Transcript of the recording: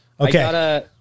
Okay